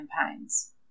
campaigns